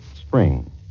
spring